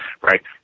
Right